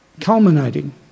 culminating